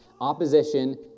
Opposition